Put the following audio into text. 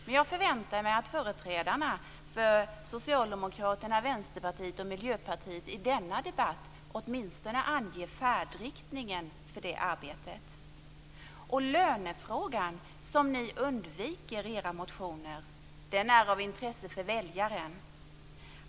Men jag förväntar mig att företrädarna för Socialdemokraterna, Vänsterpartiet och Miljöpartiet i denna debatt åtminstone anger färdriktningen för det arbetet. Lönefrågan, som ni undviker i era motioner, är också av intresse för väljaren.